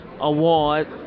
award